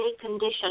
condition